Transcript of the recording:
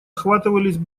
охватывались